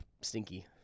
Stinky